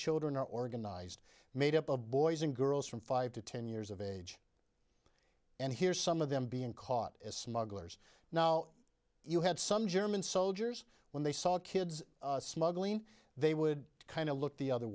children are organized made up of boys and girls from five to ten years of age and here some of them being caught as smugglers now you had some german soldiers when they saw kids smuggling they would kind of look the other